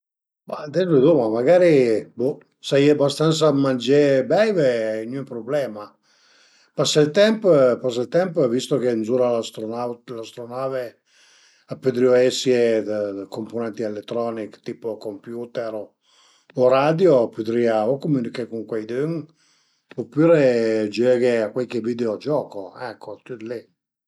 Ma ades veduma, magari bo s'a ie bastansa d'mangé e beive a ie gnün prublema. Pasé ël temp pasé ël temp vist che zura l'astronauta l'astronave a pödrìu esie dë compunent eletronich tipo computer o radio pudrìa o comüniché cun cuaidün opüre giöghe a cuaiche videogioco ecco tüt li